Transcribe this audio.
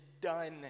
done